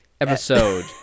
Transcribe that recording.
episode